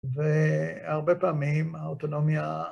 והרבה פעמים האוטונומיה...